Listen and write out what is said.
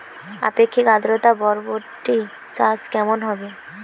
আপেক্ষিক আদ্রতা বরবটি চাষ কেমন হবে?